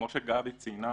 כמו שגבי ציינה,